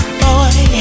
boy